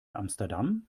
amsterdam